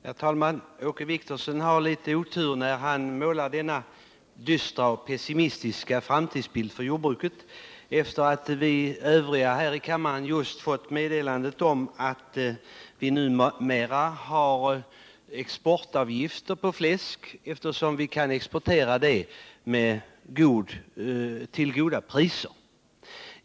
Herr talman! Åke Wictorsson har litet otur, eftersom han målar upp denna för jordbruket dystra och pessimistiska bild just efter det att vi fått meddelandet om att det numera uttas exportavgifter på fläsk på grund av att det kan exporteras till goda priser.